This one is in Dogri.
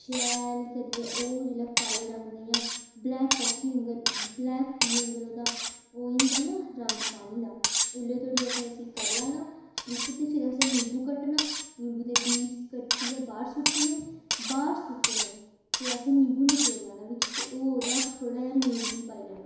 शैल करियै ओह् जेल्लै काले रंग इ'यां ब्लैक काफी आंह्गर ब्लैक टी आंह्गर ओह्दा ओह् होई जंदा ना रंग पानी दा ओल्लै धोड़ी असें उसी करी लैना बिच्च ते फिर असें निंबू कट्टना निंबू दे बीऽ कट्टियै बाह्र सुट्टने बाह्र सुट्टने ते असें निंबू नचोड़ लैना बिच्च ते ओह् ओह्दा थोह्ड़ा जेहा लून बी पाई लैना